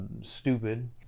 stupid